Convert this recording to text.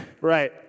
right